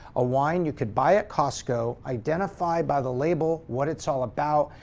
a wine you could buy at costco, identified by the label, what it's all about,